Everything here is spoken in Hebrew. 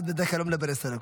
לרשותך עשר דקות.